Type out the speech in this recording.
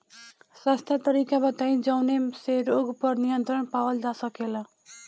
सस्ता तरीका बताई जवने से रोग पर नियंत्रण पावल जा सकेला?